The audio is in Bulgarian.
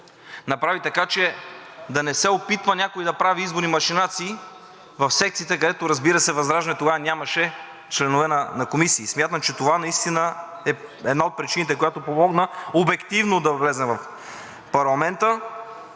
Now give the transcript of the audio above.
направи така, че да не се опитва някой да прави изборни машинации в секциите, където, разбира се, ВЪЗРАЖДАНЕ тогава нямаше членове на комисии. Смятам, че това наистина е една от причините, която помогна обективно да влезем в парламента.